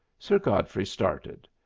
sir godfrey started.